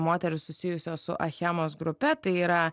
moterys susijusios su achemos grupe tai yra